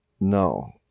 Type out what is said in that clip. No